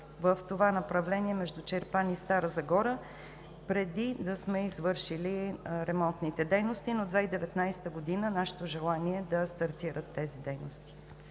в това направление между Чирпан и Стара Загора, преди да сме извършили ремонтните дейности. Нашето желание е през 2019 г. да стартират тези дейности.